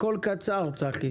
הכול בקצרה, צחי.